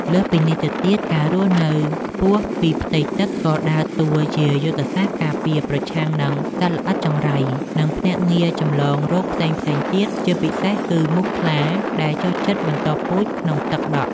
លើសពីនេះទៅទៀត ការរស់នៅខ្ពស់ពីផ្ទៃទឹកក៏ដើរតួជាយុទ្ធសាស្ត្រការពារប្រឆាំងនឹងសត្វល្អិតចង្រៃ និងភ្នាក់ងារចម្លងរោគផ្សេងៗទៀត ជាពិសេសគឺមូសខ្លាដែលចូលចិត្តបន្តពូជក្នុងទឹកដក់។